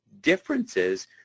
differences